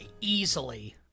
easily